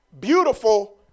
beautiful